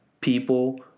people